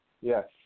Yes